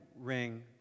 ring